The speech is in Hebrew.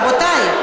רבותי,